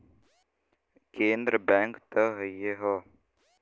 केन्द्र बैंक त हइए हौ